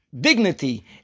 dignity